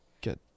get